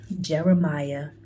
Jeremiah